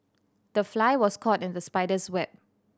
the fly was caught in the spider's web